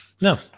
no